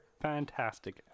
Fantastic